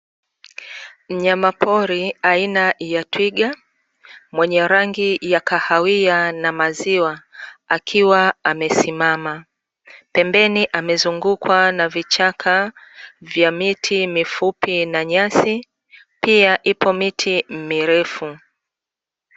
Mnyama pori aina ya twiga mwenye rangi ya kahawia na maziwa akiwa amesimama, pembeni amezungukwa na vichaka vya miti mifupi na nyasi, pia ipo miti mirefu.